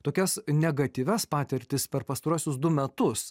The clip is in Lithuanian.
tokias negatyvias patirtis per pastaruosius du metus